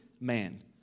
man